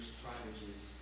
strategies